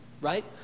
right